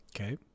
Okay